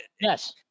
yes